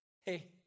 Hey